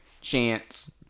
chance